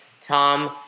Tom